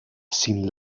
sin